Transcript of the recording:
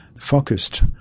focused